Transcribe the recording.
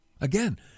again